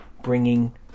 bringing